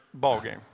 ballgame